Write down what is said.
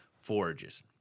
forages